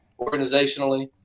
organizationally